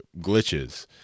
glitches